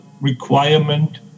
requirement